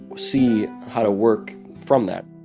see how to work from that